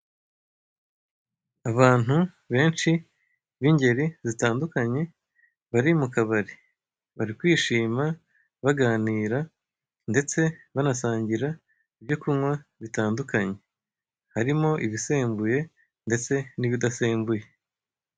Abantu benshi bingeri zitandukanye bari mukabari barikwishima baganira ndetse banasangira ibyo kunywa bitandukanye, harimo ibisembuye ndetse n'ibidasembuye.